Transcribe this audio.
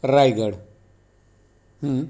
Raigad